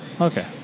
okay